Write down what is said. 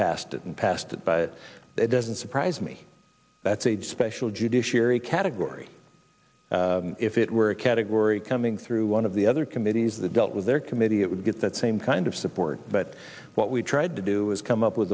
and passed it but it doesn't surprise me that's a special judiciary category if it were a category coming through one of the other committees that dealt with their committee it would get that same kind of support but what we tried to do is come up with